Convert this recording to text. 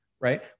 right